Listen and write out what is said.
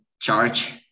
charge